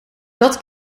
dat